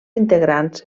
integrants